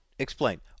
Explain